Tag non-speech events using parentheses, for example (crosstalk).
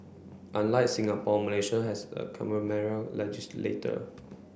unlike Singapore Malaysia has a (unintelligible) legislator